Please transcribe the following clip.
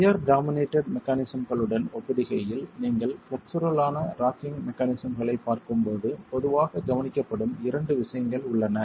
shear dominated மெக்கானிஸம்களுடன் ஒப்பிடுகையில் நீங்கள் ஃப்ளெக்சுரல்வான ராக்கிங் மெக்கானிஸம்களைப் பார்க்கும்போது பொதுவாகக் கவனிக்கப்படும் இரண்டு விஷயங்கள் உள்ளன